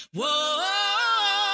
Whoa